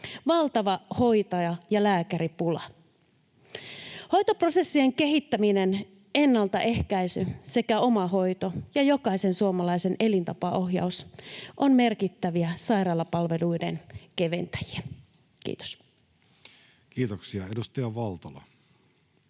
valtava hoitaja- ja lääkäripula. Hoitoprosessien kehittäminen, ennaltaehkäisy sekä omahoito ja jokaisen suomalaisen elintapaohjaus ovat merkittäviä sairaalapalveluiden keventäjiä. — Kiitos. [Speech 73]